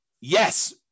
Yes